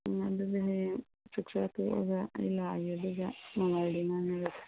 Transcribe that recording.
ꯎꯝ ꯑꯗꯨꯗꯤ ꯍꯌꯦꯡ ꯆꯥꯛꯆꯥꯕ ꯇꯣꯛꯑꯒ ꯑꯩ ꯂꯥꯛꯑꯒꯦ ꯑꯗꯨꯒ ꯃꯃꯜꯗꯨ ꯉꯥꯡꯅꯔꯁꯦ